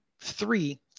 three